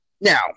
Now